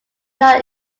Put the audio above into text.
not